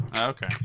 Okay